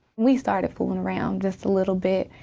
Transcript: we started fooling around just a little bit.